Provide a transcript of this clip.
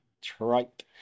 Tripe